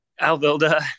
Alvilda